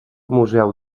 museu